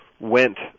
Went